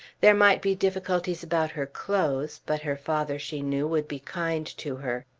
there might be difficulties about her clothes, but her father, she knew would be kind to her.